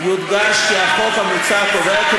יודגש כי החוק המוצע קובע, בקיסריה.